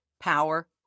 power